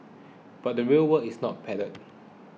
but the real world is not padded